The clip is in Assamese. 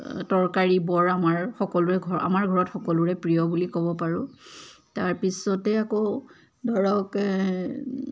তৰকাৰী বৰ আমাৰ সকলোৱে ঘৰত আমাৰ ঘৰত সকলোৰে প্ৰিয় বুলি ক'ব পাৰোঁ তাৰপিছতে আকৌ ধৰক